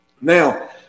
Now